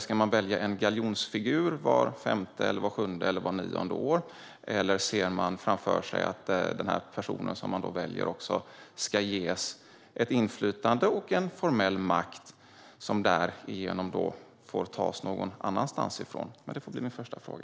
Ska man välja en galjonsfigur vart femte, sjunde eller nionde år, eller ser ni framför er att den person som man väljer också ska ges ett inflytande och en formell makt som därigenom får tas någon annanstans ifrån? Det får bli min första fråga.